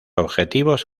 objetivos